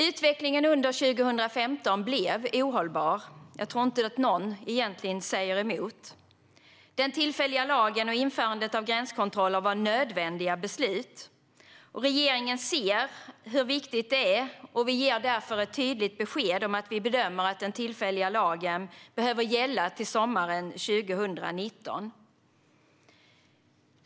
Utvecklingen under 2015 blev ohållbar. Jag tror inte att någon egentligen säger emot. Den tillfälliga lagen och införandet av gränskontroller var nödvändiga beslut. Regeringen ser hur viktigt det är och ger därför ett tydligt besked om att den bedömer att den tillfälliga lagen behöver gälla till sommaren 2019.